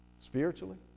Spiritually